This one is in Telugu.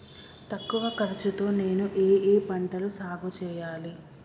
తక్కువ ఖర్చు తో నేను ఏ ఏ పంటలు సాగుచేయాలి?